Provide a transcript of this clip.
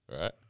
right